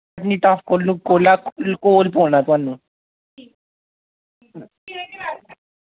पत्नीटाप कोलू कोला कोल पौना थोआनू